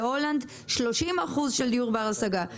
בהולנד 30% של דיור בר השגה.